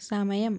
സമയം